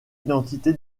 identité